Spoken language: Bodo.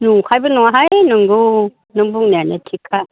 नंखायबो नङाहाय नंगौ नों बुंनायानो थिगखा